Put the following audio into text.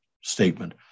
statement